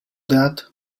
that